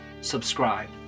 subscribe